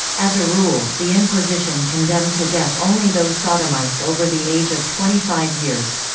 as a rule, the inquisition condemned to death only those sodomites over the age of twenty five years.